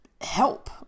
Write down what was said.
help